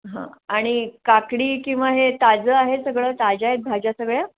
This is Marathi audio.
हां आणि काकडी किंवा हे ताजं आहे सगळं ताज्या आहेत भाज्या सगळ्या